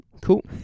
Cool